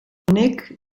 honek